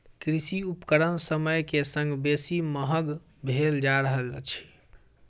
कृषि उपकरण समय के संग बेसी महग भेल जा रहल अछि